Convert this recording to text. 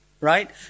right